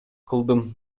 кылдым